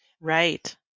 Right